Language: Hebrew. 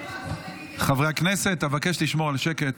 חברי הכנסת, אבקש לשמור על שקט.